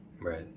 right